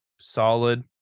solid